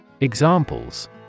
Examples